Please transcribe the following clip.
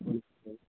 ம் ஓக்